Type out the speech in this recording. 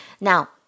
Now